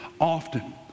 often